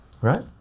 right